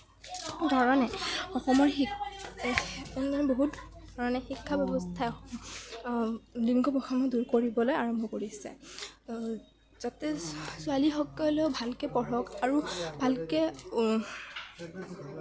ধৰণে অসমৰ শিক্ষা এনেধৰণৰ বহুত শিক্ষা ব্যৱস্থাই লিংগ বৈষম্য দূৰ কৰিবলৈ আৰম্ভ কৰিছে যাতে ছোৱালীসকলো ভালকে পঢ়ক আৰু ভালকে